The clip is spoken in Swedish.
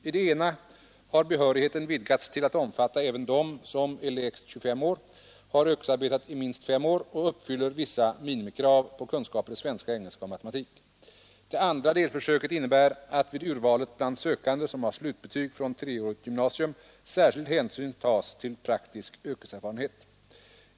I det ena har behörigheten vidgats till att omfatta även dem som är lägst 25 år, har yrkesarbetat i minst fem år och uppfyller vissa minimikrav på kunskaper i svenska, engelska och matematik. Det andra delförsöket innebär att vid urvalet bland sökande som har slutbetyg från treårigt gymnasium särskild hänsyn tas till praktisk yrkeserfarenhet.